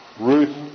Ruth